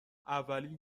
اولی